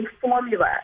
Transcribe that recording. formula